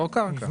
לא קרקע.